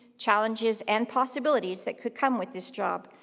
challenges, and possibilities that could come with this job.